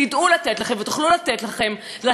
תדעו לתת להם ותוכלו לתת להם,